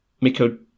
Miko